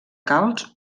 calç